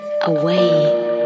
away